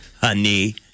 honey